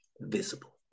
visible